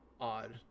odd